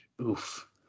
Oof